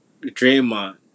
Draymond